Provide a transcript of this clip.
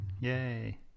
Yay